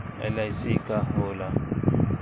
LIC का होला?